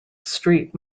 street